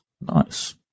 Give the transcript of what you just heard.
Nice